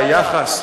שהיחס,